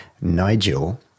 Nigel